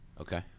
okay